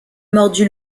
mordu